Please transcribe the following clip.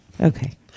okay